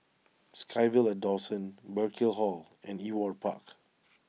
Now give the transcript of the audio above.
SkyVille at Dawson Burkill Hall and Ewart Park